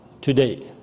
today